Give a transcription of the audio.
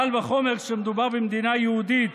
קל וחומר כשמדובר במדינה יהודית,